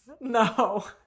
No